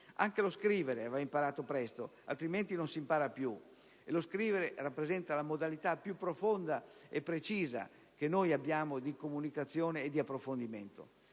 Anche lo scrivere va imparato presto, altrimenti non si impara più. E lo scrivere rappresenta la modalità più profonda e precisa che noi abbiamo di comunicazione e di approfondimento.